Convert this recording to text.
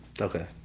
Okay